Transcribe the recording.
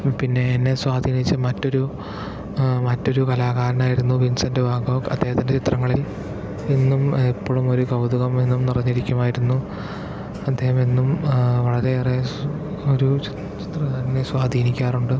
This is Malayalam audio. പിന്നെ എന്നെ സ്വാധീനിച്ച മറ്റൊരു മറ്റൊരു കലാകാരനായിരുന്നു വിൻസെൻ്റ് വാൻഗോഗ് അദ്ദേഹത്തിൻ്റെ ചിത്രങ്ങളിൽ ഇന്നും എപ്പളും ഒരു കൗതുകം എന്നും നിറഞ്ഞിരിക്കുമായിരുന്നു അദ്ദേഹം എന്നും വളരെയേറെ ഒരു ചിത്രകാരനെ സ്വാധീനിക്കാറുണ്ട്